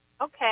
Okay